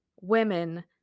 women